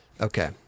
Okay